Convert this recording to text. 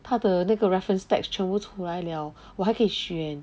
他的那个 reference tags 全部出来了我还可以选